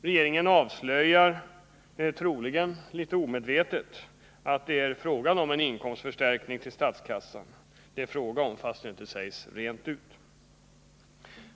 Regeringen avslöjar, troligen litet omedvetet, att det är fråga om en inkomstförstärkning av statskassan, fast detta inte sägs rent ut.